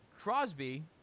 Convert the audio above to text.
Crosby